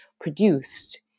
produced